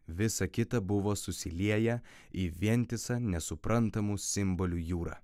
visa kita buvo susilieję į vientisą nesuprantamų simbolių jūrą